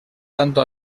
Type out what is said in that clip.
tanto